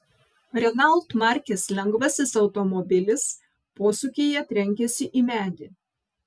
renault markės lengvasis automobilis posūkyje trenkėsi į medį